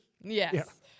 Yes